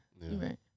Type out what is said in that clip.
Right